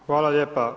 Hvala lijepa.